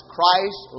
Christ